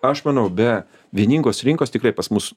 aš manau be vieningos rinkos tikrai pas mus